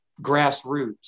grassroots